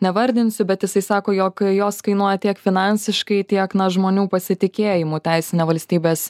nevardinsiu bet jisai sako jog jos kainuoja tiek finansiškai tiek na žmonių pasitikėjimu teisine valstybės